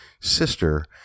sister